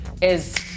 is-